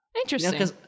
interesting